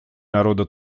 народа